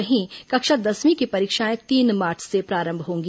वहीं कक्षा दसवीं की परीक्षाएं तीन मार्च से प्रारंभ होंगी